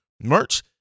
Merch